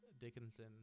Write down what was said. Dickinson